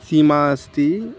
सीमा अस्ति